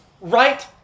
right